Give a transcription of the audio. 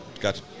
got